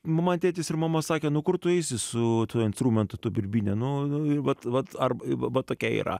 man tėtis ir mama sakė nu kur tu eisi su tuo instrumentu ta birbyne nu vat vat arba va vat tokia yra